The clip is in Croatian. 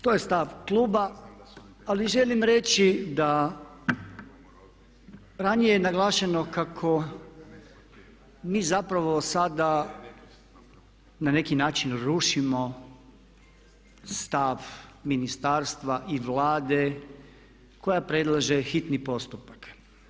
To je stav kluba, ali želim reći da ranije je naglašeno kako mi zapravo sada na neki način rušimo stav ministarstva i Vlade koja predlaže hitni postupak.